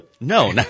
no